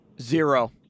Zero